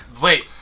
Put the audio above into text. Wait